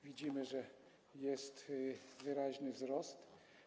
Widzimy, że jest wyraźny wzrost.